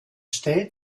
stellt